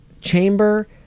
Chamber